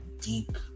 deep